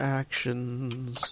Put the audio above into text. actions